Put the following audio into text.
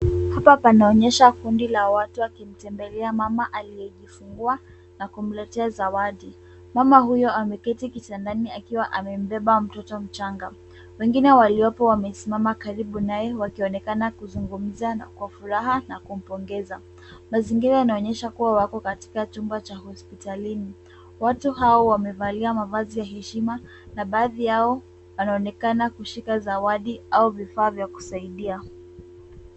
Hapa panaonyesha kundi la watu wakimtembelea mama aliyejifungua na kumletea zawadi. Mama huyo ameketi kitandani akiwa amembeba mtoto mchanga. Wengine waliopo wamesimama karibu naye wakionekana kuzungumza na kwa furaha na kumpongeza. Mazingira yanaonyesha kuwa wako katika chumba cha hospitalini. Watu hao wamevalia mavazi ya heshima na baadhi yao wanaonekana kushika zawadi au vifaa vya kusaidia.